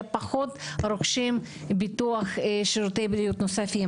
הם פחות רוכשים ביטוחי בריאות נוספים,